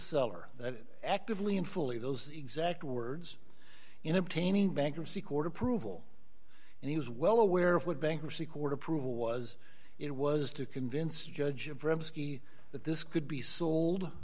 seller that actively and fully those exact words in obtaining bankruptcy court approval and he was well aware of what bankruptcy court approval was it was to convince judge him that this could be sold